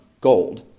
gold